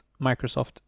Microsoft